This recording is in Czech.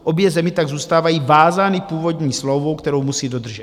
Obě země tak zůstávají vázány původní smlouvou, kterou musí dodržet.